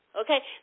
okay